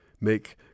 make